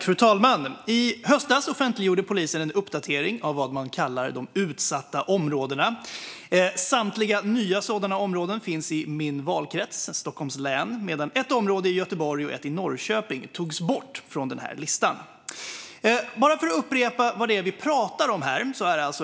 Fru talman! I höstas offentliggjorde polisen en uppdatering av vad man kallar de utsatta områdena. Samtliga nya sådana områden finns i min valkrets, Stockholms län, medan ett område i Göteborg och ett i Norrköping togs bort från listan. Låt mig upprepa vad det är vi pratar om här.